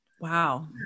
Wow